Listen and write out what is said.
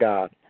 God